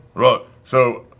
right, so.